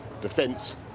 defence